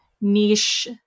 niche